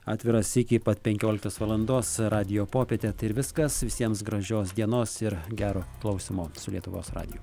atviras iki pat penkioliktos valandos radijo popietė tai ir viskas visiems gražios dienos ir gero klausymo su lietuvos radiju